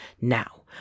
Now